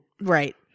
Right